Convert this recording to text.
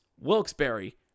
Wilkes-Barre